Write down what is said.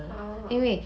!huh!